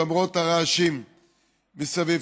למרות הרעשים מסביב.